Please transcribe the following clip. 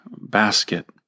basket